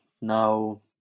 no